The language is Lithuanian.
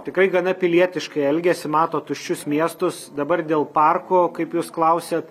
tikrai gana pilietiškai elgiasi mato tuščius miestus dabar dėl parko kaip jūs klausiat